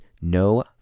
no